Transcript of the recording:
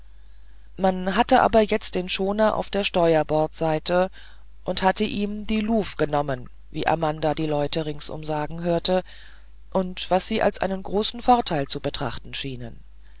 man hatte aber jetzt den schoner auf der steuerbordseite und hatte ihm die luv genommen wie amanda die leute ringsum sagen hörte und was sie als einen großen vorteil zu betrachten schienen